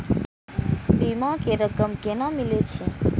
बीमा के रकम केना मिले छै?